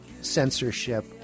censorship